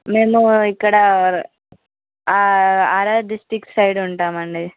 మేము ఇక్కడ R R district side ఉంటాము అండి